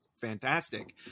fantastic